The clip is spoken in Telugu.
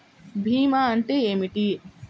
భీమా అంటే ఏమిటి?